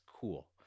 cool